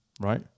right